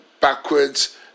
backwards